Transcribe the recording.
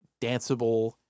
danceable